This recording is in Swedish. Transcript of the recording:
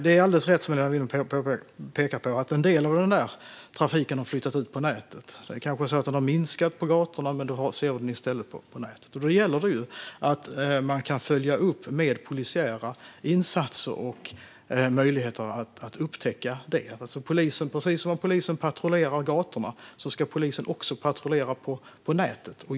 Det är alldeles riktigt att en del av trafiken har flyttat ut på nätet. Den kanske har minskat på gatorna, men man ser den i stället på nätet. Då gäller det att man med polisiära insatser kan följa upp och har möjlighet att upptäcka sexhandeln. Precis som polisen patrullerar på gatorna ska polisen också patrullera på nätet.